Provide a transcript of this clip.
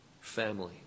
family